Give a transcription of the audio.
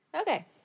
Okay